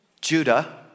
Judah